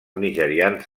nigerians